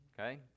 Okay